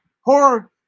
horror